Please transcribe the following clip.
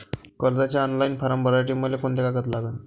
कर्जाचे online form भरासाठी मले कोंते कागद लागन?